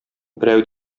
берәү